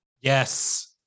Yes